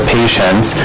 patients